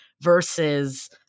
versus